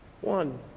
one